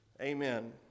amen